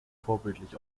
vorbildlich